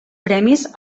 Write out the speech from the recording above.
premis